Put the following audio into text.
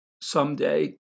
someday